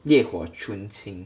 烈火春金